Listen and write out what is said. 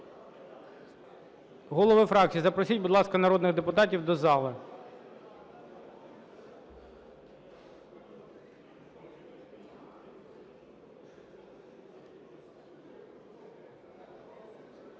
Голови фракцій, запросіть, будь ласка, народних депутатів до зали.